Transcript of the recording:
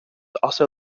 also